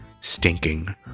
stinking